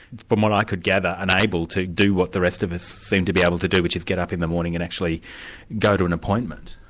from what i could gather, unable to do what the rest of us seem to be able to do, which is get up in the morning and actually go to an appointment.